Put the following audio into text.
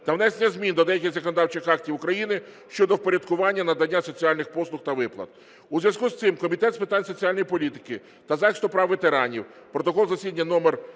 та внесення змін до деяких законодавчих актів України щодо впорядкування надання соціальних послуг та виплат. У зв'язку з цим Комітет з питань соціальної політики та захисту прав ветеранів (протокол засідання